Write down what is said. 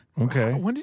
Okay